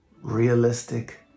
realistic